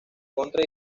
contra